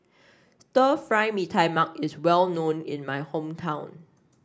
Stir Fry Mee Tai Mak is well known in my hometown